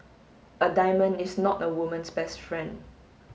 a diamond is not a woman's best friend